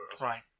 Right